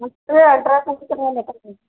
खुद से ही अल्ट्रसाउन्ड कराने का